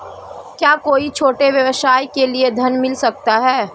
क्या कोई छोटे व्यवसाय के लिए ऋण मिल सकता है?